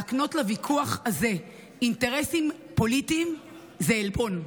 להקנות לוויכוח הזה אינטרסים פוליטיים זה עלבון.